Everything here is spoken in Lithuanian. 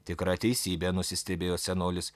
tikra teisybė nusistebėjo senolis